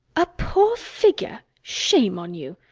a poor figure! shame on you!